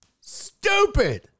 stupid